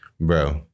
bro